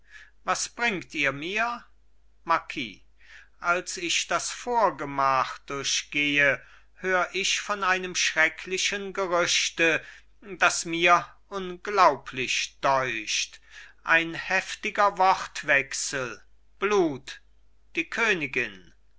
was bringt ihr mir marquis als ich das vorgemach durchgehe hör ich von einem schrecklichen gerüchte das mir unglaublich deucht ein heftiger wortwechsel blut die königin